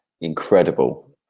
incredible